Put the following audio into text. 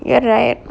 you're right